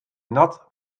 nat